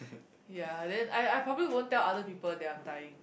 ya then I I probably won't tell other people that I'm dying